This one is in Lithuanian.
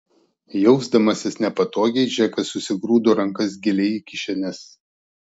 jausdamasis nepatogiai džekas susigrūdo rankas giliai į kišenes